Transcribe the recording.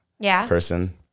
person